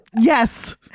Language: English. yes